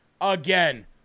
again